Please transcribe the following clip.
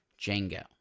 Django